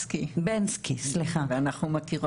לפני שאני אציג את עצמי אני באמת גם רוצה